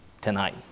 tonight